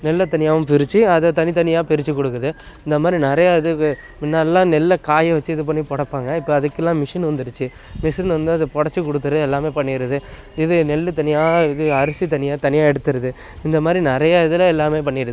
நெல்லத் தனியாகவும் பிரிச்சு அதை தனித்தனியாக பிரிச்சு கொடுக்குது இந்த மாதிரி நிறையா இதுக்கு முன்னாடிலாம் நெல்லை காய வச்சு இதுப் பண்ணி புடப்பாங்க இப்போ அதுக்கெல்லாம் மிஷினு வந்துடுச்சு மிஷினு வந்து அதை புடச்சிக் கொடுத்துரும் எல்லாமே பண்ணிருது இது நெல் தனியாக இது அரிசி தனியாக தனியாக எடுத்துருது இந்த மாதிரி நிறையா இதில் எல்லாமே பண்ணிருது